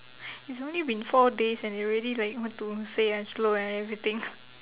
it's only been four days and they already like want to say I'm slow and everything